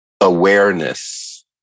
awareness